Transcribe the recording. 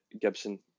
Gibson